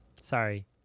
sorry